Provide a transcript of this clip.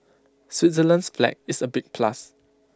Switzerland's flag is A big plus